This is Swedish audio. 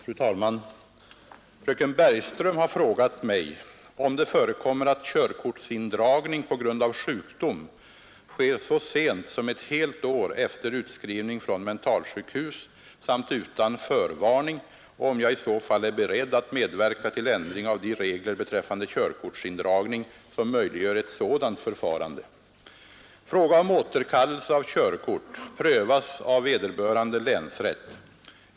Fru talman! Fröken Bergström har frågat mig om det förekommer att körkortsindragning på grund av sjukdom sker så sent som ett helt år efter utskrivning från mentalsjukhus samt utan förvarning och om jag i så fall är beredd att medverka till ändring av de regler beträffande körkortsindragning som möjliggör ett sådant förfarande. Fråga om återkallelse av körkort prövas av vederbörande länsrätt.